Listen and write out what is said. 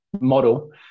model